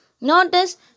Notice